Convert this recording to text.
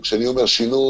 וכשאני אומר "שינוי",